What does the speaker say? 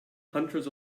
hunters